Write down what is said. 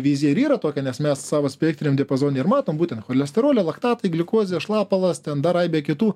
vizija ir yra tokia nes mes savo spektriniam diapozone ir matom būtent cholesterolio laktatai gliukozė šlapalas ten dar aibė kitų